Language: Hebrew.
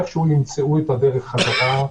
איכשהו ימצאו את הדרך חזרה,